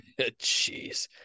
jeez